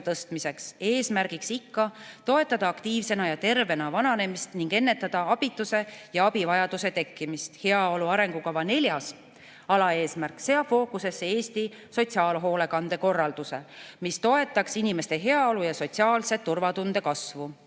tõstmiseks. Selle eesmärk on toetada aktiivsena ja tervena vananemist ning ennetada abituse ja abivajaduse tekkimist. Heaolu arengukava neljas alaeesmärk seab fookusesse Eesti sotsiaalhoolekande korralduse, mis toetaks inimeste heaolu ja sotsiaalse turvatunde kasvu.